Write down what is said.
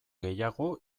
gehiago